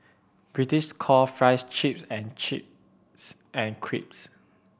British call fries chips and chips